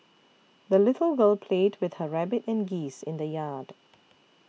the little girl played with her rabbit and geese in the yard